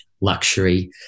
luxury